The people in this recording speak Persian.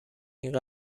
این